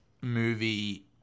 movie